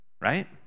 right